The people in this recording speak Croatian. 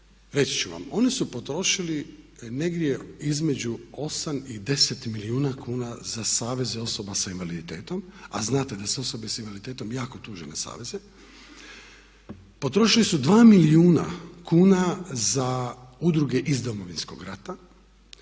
reći ću vam oni su potrošili negdje između 8 i 10 milijuna kuna za saveze osoba s invaliditetom, a znate da se osobe s invaliditetom jako tuže na saveze. Potrošili su 2 milijuna kuna za udruge iz Domovinskog rata